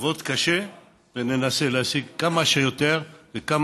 נעבוד קשה וננסה להשיג כמה שיותר וכמה